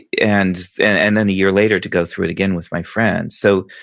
and and then a year later to go through it again with my friend. so,